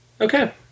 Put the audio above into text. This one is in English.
Okay